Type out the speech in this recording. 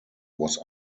was